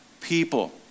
people